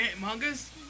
mangas